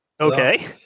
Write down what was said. Okay